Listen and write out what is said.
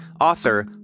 author